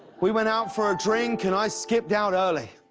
we went out for a drink and i skipped out early.